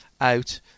out